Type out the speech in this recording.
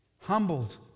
Humbled